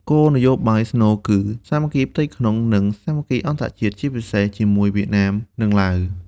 គោលនយោបាយស្នូលគឺ "សាមគ្គីផ្ទៃក្នុង និងសាមគ្គីអន្តរជាតិ" ជាពិសេសជាមួយវៀតណាម និងឡាវ។